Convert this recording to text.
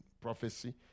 prophecy